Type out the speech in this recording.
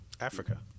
Africa